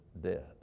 dead